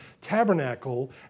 tabernacle